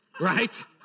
Right